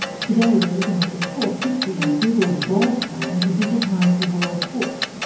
today we're looking at the short history of google's bold plan to digitise the world's books,